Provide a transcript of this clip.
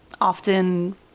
often